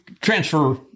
transfer